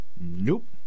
Nope